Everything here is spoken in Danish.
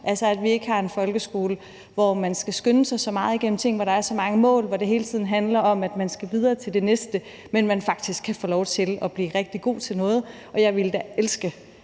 altså på ikke at have en folkeskole, hvor man skal skynde sig så meget igennem tingene, hvor der er så mange mål, og hvor det hele tiden handler om, at man skal videre til det næste, men en folkeskole, hvor man faktisk kan få lov til at blive rigtig god til noget. Jeg ville da elske,